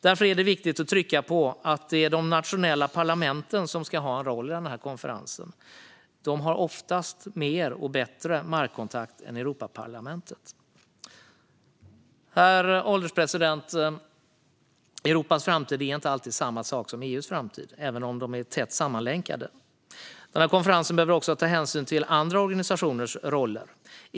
Därför är det viktigt att trycka på att de nationella parlamenten ska ha en roll i denna konferens. De har oftast mer och bättre markkontakt än Europaparlamentet. Herr ålderspresident! Europas framtid är inte alltid samma sak som EU:s framtid, även om de är tätt sammanlänkade. Konferensen behöver också ta hänsyn till andra organisationers roller.